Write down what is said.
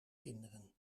kinderen